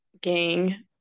gang